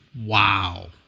Wow